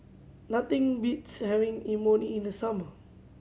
nothing beats having Imoni in the summer